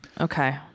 okay